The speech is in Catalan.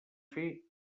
fer